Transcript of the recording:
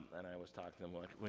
and i was talking to em, like,